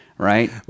Right